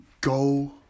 go